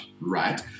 Right